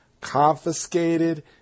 confiscated